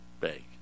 Bank